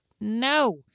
no